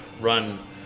run